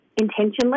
intentionally